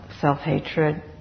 self-hatred